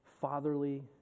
fatherly